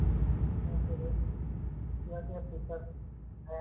फिर इसमें फिर क्या क्या फीचर्स हैं